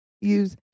use